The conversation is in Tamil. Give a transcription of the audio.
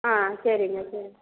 ஆ சரிங்க சரிங்க